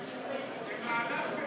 זה מהלך מטורף.